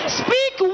speak